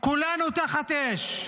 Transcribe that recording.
כולנו תחת אש.